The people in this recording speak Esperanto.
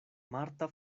marta